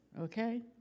okay